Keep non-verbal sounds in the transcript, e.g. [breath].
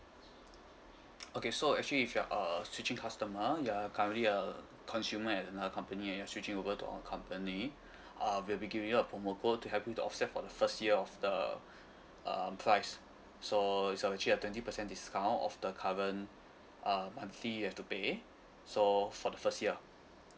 okay so actually if you're uh switching customer you're currently a consumer at another company and you're switching over to our company [breath] uh we'll be giving you a promo code to help you to offset for the first year of the [breath] um price so it's of actually a twenty percent discount of the current uh monthly you have to pay so for the first year